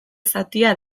zatia